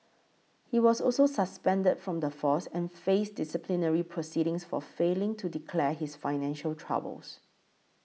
he was also suspended from the force and faced disciplinary proceedings for failing to declare his financial troubles